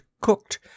cooked